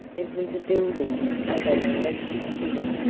it was a building of an elliptic figure,